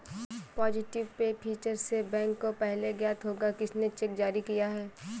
positive pay feature से bank को पहले ज्ञात होगा किसने चेक जारी किया है